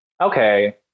okay